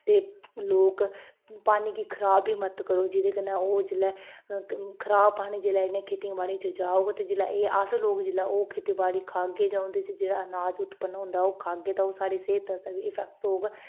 ते लोक पानी गी खराब बी मत करो जेह्दे कन्नै ओह् जेल्लै खराब पानी जेल्लै इनें खेतीबाड़ी च जाह्ग ते जेल्लै एह् अस लोक जेल्लै ओह् खेतीबाड़ी खाह्गे जां उंदे च जेह्ड़ा अनाज उत्पन्न होंदा ओह् खाह्गे तां ओह् साढ़ी सेह्त आस्तै बी इफैक्ट होग